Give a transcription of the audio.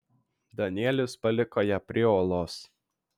danielis paliko ją prie uolos